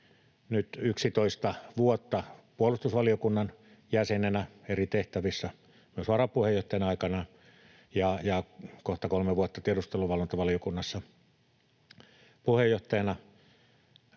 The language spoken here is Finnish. vuotta puolustusvaliokunnan jäsenenä eri tehtävissä, myös varapuheenjohtajana aikanaan, ja kohta kolme vuotta tiedusteluvalvontavaliokunnassa puheenjohtajana,